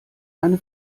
eine